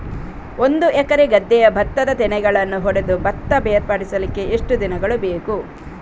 ಒಂದು ಎಕರೆ ಗದ್ದೆಯ ಭತ್ತದ ತೆನೆಗಳನ್ನು ಹೊಡೆದು ಭತ್ತ ಬೇರ್ಪಡಿಸಲಿಕ್ಕೆ ಎಷ್ಟು ದಿನಗಳು ಬೇಕು?